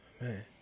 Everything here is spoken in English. Man